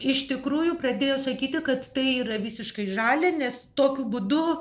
iš tikrųjų pradėjo sakyti kad tai yra visiškai žalia nes tokiu būdu